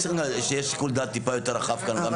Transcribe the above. צריכים שיהיה שיקול דעת טיפה יותר רחב כאן.